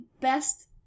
best